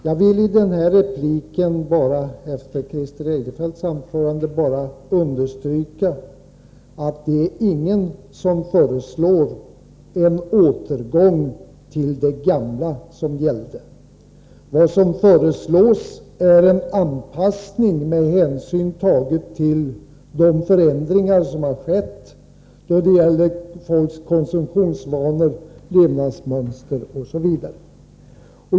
Jag vill i den här repliken efter Christer Eirefelts anförande bara understryka att ingen föreslår en återgång till det gamla som gällde tidigare. Vad som föreslås är en anpassning till de förändringar som har skett i folks konsumtionsvanor, levnadsmönster osv.